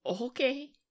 Okay